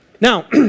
Now